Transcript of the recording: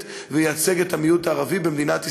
וייצג את המיעוט הערבי במדינת ישראל,